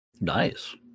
Nice